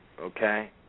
okay